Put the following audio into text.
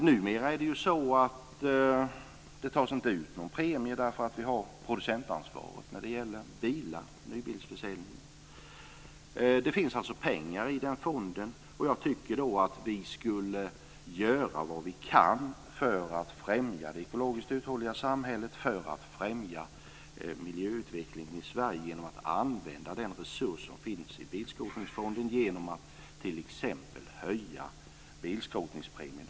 Numera tas det inte ut någon premie, eftersom vi har producentansvar när det gäller bilar och nybilsförsäljning. Det finns alltså pengar i fonden. Jag tycker att vi skulle göra vad vi kan för att främja det ekologiskt uthålliga samhället och miljöutvecklingen i Sverige genom att använda den resurs som finns i Bilskrotningsfonden genom att t.ex. höja bilskrotningspremien.